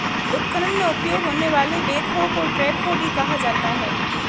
उत्खनन में उपयोग होने वाले बैकहो को ट्रैकहो भी कहा जाता है